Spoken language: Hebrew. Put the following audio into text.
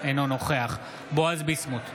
אינו נוכח בועז ביסמוט,